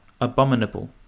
abominable